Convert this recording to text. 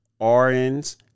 RNs